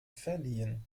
verliehen